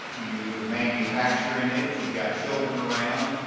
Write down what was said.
you are manufacturing it, you've got children around,